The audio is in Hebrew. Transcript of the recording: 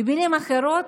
במילים אחרות,